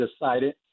decided